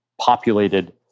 populated